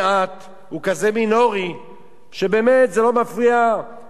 הוא כזה מינורי שבאמת זה לא מפריע לאף אחד.